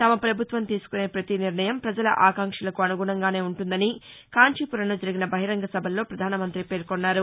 తమ ప్రభుత్వం తీసుకునే ప్రతి నిర్ణయం ప్రజల ఆకాంక్షలకు అనుగుణంగానే ఉంటుందని కాంచీపురంలో జరిగిన బహిరంగసభల్లో ప్రధానమంత్రి పేర్కొన్నారు